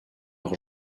leur